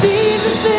Jesus